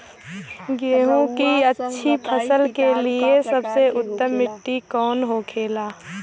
गेहूँ की अच्छी फसल के लिए सबसे उत्तम मिट्टी कौन होखे ला?